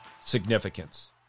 significance